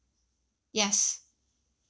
yes